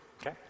Okay